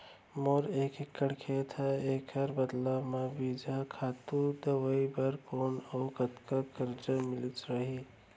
मोर एक एक्कड़ खेत हे, एखर बदला म बीजहा, खातू, दवई बर कोन अऊ कतका करजा मिलिस जाही?